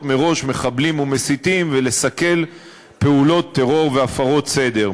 מראש מחבלים ומסיתים ולסכל פעולות טרור והפרות סדר.